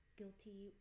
guilty